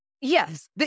Yes